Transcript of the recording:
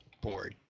board